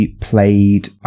played